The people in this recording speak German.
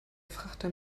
frachter